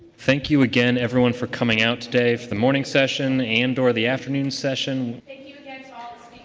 thank you again, everyone for coming out today for the morning session and or the afternoon session. thank you again for